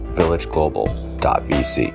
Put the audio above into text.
villageglobal.vc